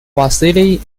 vasily